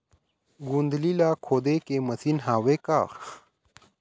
गोंदली ला खोदे के मशीन हावे का?